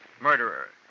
Murderer